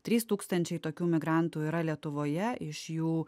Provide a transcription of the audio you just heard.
trys tūkstančiai tokių migrantų yra lietuvoje iš jų